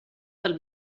del